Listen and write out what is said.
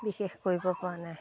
বিশেষ কৰিবপৰা নাই